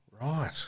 Right